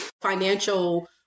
financial